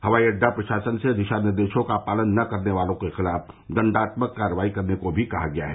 हवाई अड्डा प्रशासन से दिशा निर्देशों का पालन न करने वाले लोगों के खिलाफ दंडात्मक कार्रवाई करने को भी कहा गया है